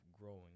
growing